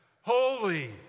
Holy